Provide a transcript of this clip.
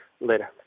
later